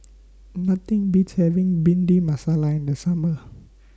Nothing Beats having Bhindi Masala in The Summer